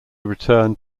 returned